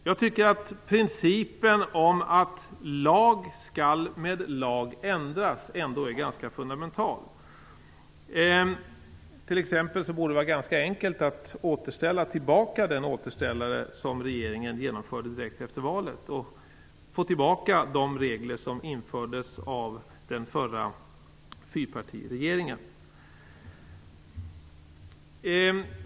Jag tycker att principen om att lag med lag skall ändras är ganska fundamental. Det borde t.ex. vara ganska enkelt att ta tillbaka den återställare som regeringen genomförde direkt efter valet. Då får man tillbaka de regler som infördes av den förra fyrpartiregeringen.